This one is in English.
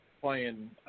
playing